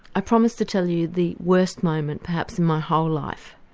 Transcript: i promised to tell you the worst moment perhaps in my whole life,